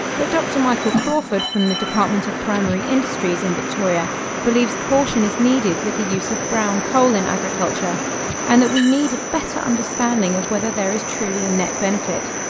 but dr michael crawford from the department of primary industries in victoria believes caution is needed with the use of brown coal in agriculture and that we need a better understanding of whether there is truly a net benefit.